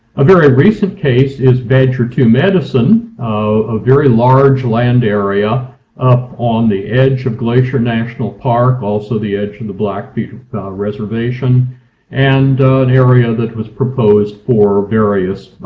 a very recent case is badger two medicine, um a very large land area up on the edge of glacier national park, also the edge of the blackfeet reservation and an area that was proposed for various